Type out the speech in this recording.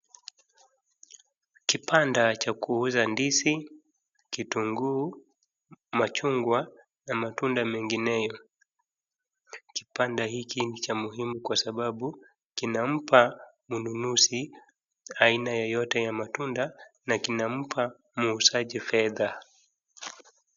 Kibanda cha kuuza ndizi, kitunguu, machungwa na matunda mengineyo. Kibanda hiki ni cha muhimu kwa sababu kinampa mnunuzi aina yoyyote ya matunda na kinampa muuzaji fedha.